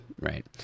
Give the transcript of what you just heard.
Right